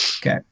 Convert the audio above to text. Okay